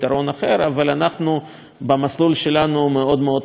אבל אנחנו במסלול שלנו נחושים מאוד מאוד,